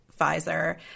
Pfizer